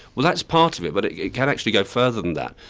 well that's part of it, but it it can actually go further than that.